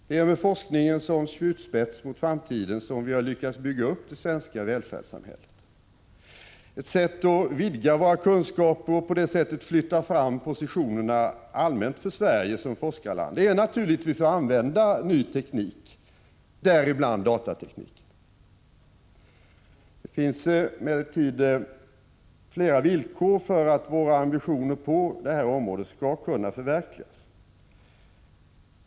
Det är med forskningen som spjutspets mot framtiden som vi har lyckats bygga upp det svenska välfärdssamhället. Ett sätt att vidga våra kunskaper och på det sättet flytta fram positionerna allmänt för Sverige som forskarland är naturligtvis att använda ny teknik, däribland datateknik. Det finns emellertid flera villkor för att våra ambitioner på det här området skall kunna förverkligas.